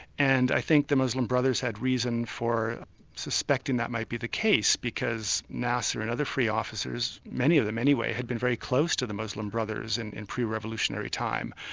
and i think the muslim brothers had reason for suspecting suspecting that might be the case because nasser and other free officers, many of them anyway, had been very close to the muslim brothers and in pre-revolutionary time.